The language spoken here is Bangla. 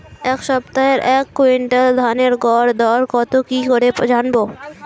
এই সপ্তাহের এক কুইন্টাল ধানের গর দর কত কি করে জানবো?